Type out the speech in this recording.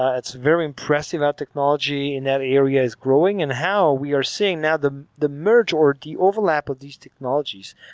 ah it's very impressive how technology in that area is growing and how we are seeing now the the merge or the overlap of these technologies.